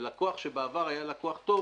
ולקוח שבעבר היה לקוח טוב,